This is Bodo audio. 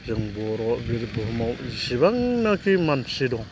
जों बर' बे बुहुमाव जिसिबांनाखि मानसि दं